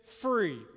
free